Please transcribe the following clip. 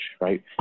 Right